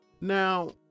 Now